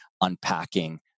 unpacking